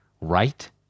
Right